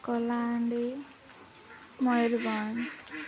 Kalahandi Mayurbhanj